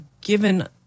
given